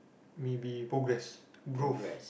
maybe progress growth